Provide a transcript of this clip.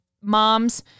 mom's